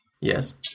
Yes